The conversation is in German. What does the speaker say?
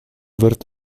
wird